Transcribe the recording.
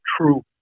true